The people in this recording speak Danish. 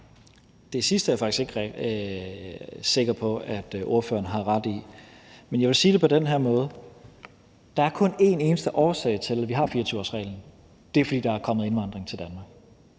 Det sidste er jeg faktisk ikke sikker på at ordføreren har ret i. Men jeg vil sige det på den her måde: Der er kun en eneste årsag til, at vi har 24-årsreglen, og det er, at der er kommet indvandring til Danmark.